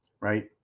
right